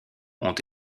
ont